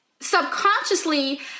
subconsciously